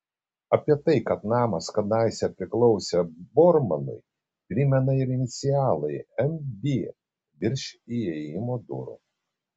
apie tai kad namas kadaise priklausė bormanui primena ir inicialai mb virš įėjimo durų